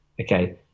okay